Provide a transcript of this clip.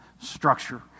structure